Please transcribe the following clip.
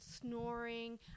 snoring